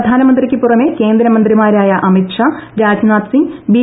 പ്രധാനമന്ത്രിക്ക് പുറമെ കേന്ദ്രമന്ത്രിമാരായ അമിത് ഷാ രാജ്നാഥ് സിംഗ് ബി